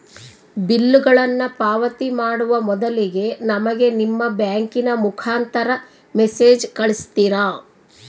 ಬಿಲ್ಲುಗಳನ್ನ ಪಾವತಿ ಮಾಡುವ ಮೊದಲಿಗೆ ನಮಗೆ ನಿಮ್ಮ ಬ್ಯಾಂಕಿನ ಮುಖಾಂತರ ಮೆಸೇಜ್ ಕಳಿಸ್ತಿರಾ?